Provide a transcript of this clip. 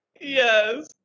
Yes